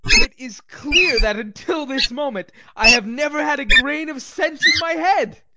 it is clear that until this moment i have never had a grain of sense in my head.